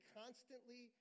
constantly